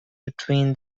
between